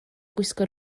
gwisgo